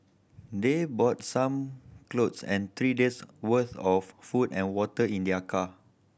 they brought some clothes and three days'worth of food and water in their car